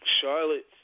Charlotte